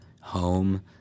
home